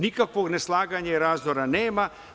Nikakvog neslaganja i razdora nema.